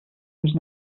mich